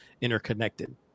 interconnected